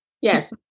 Yes